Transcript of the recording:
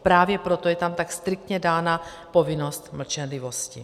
Právě proto je tam tak striktně dána povinnost mlčenlivosti.